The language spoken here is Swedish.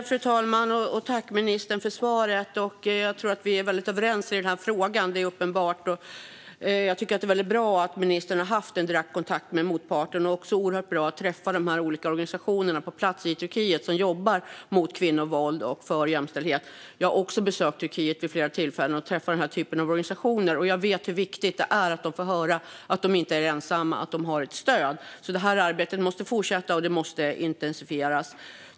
Fru talman! Jag tackar ministern för svaret, och det är uppenbart att vi är överens i denna fråga. Det är bra att ministern har haft en direkt kontakt med motparten. Det är också bra att på plats i Turkiet träffa de olika organisationer som jobbar mot kvinnovåld och för jämställdhet. Jag har också besökt Turkiet vid flera tillfällen och träffat denna typ av organisationer, och jag vet hur viktigt det är att de får höra att de inte är ensamma och att de har ett stöd. Detta arbete måste därför fortsätta och intensifieras.